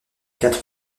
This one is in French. quatre